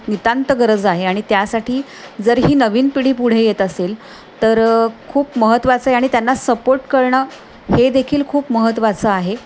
नितांत गरज आहे आणि त्यासाठी जर ही नवीन पिढी पुढे येत असेल तर खूप महत्त्वाचं आहे आणि त्यांना सपोर्ट करणं हे देखील खूप महत्त्वाचं आहे